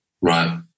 right